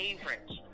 favorite